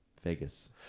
Vegas